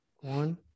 one